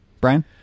Brian